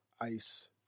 ice